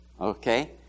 okay